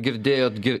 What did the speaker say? girdėjot gi